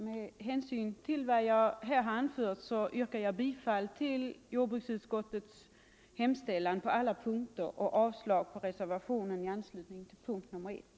Med hänvisning till vad jag här har anfört yrkar jag bifall till jordbruksutskottets hemställan på alla punkter och avslag på reservationen i anslutning till punkten 1.